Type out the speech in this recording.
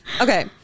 Okay